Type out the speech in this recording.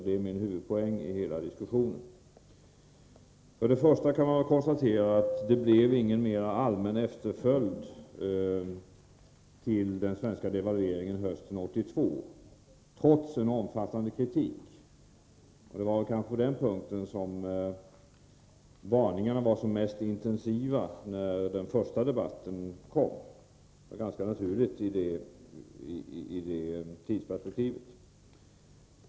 Det är huvudpoängen i hela min diskussion. För det första kan man konstatera att det inte blev någon mer allmän efterföljd till den svenska devalveringen hösten 1982 — trots en omfattande kritik. Det var på den punkten varningarna var som mest intensiva när den första debatten fördes, och det var ganska naturligt i det tidsperspektivet.